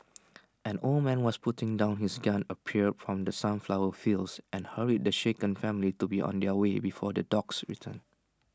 an old man was putting down his gun appeared from the sunflower fields and hurried the shaken family to be on their way before the dogs return